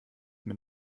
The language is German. mit